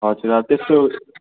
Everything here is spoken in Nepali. हजुर अब त्यस्तो